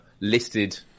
listed